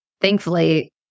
Thankfully